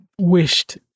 wished